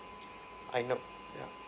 I know yeah